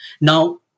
Now